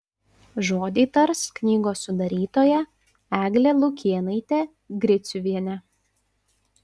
žodį tars knygos sudarytoja eglė lukėnaitė griciuvienė